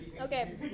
Okay